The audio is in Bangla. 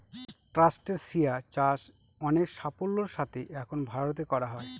ট্রাস্টেসিয়া চাষ অনেক সাফল্যের সাথে এখন ভারতে করা হয়